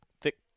thick